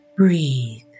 Breathe